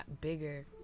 bigger